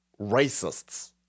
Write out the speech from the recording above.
racists